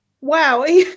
Wow